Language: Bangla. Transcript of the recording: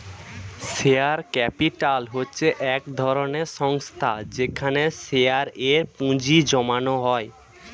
শেয়ার ক্যাপিটাল হচ্ছে এক ধরনের সংস্থা যেখানে শেয়ারে এ পুঁজি জমানো হয়